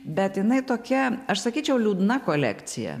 bet jinai tokia aš sakyčiau liūdna kolekcija